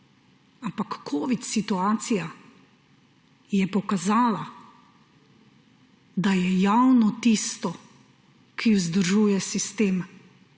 Ampak covidna situacija je pokazala, da je javno tisto, ki vzdržuje sistem